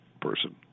person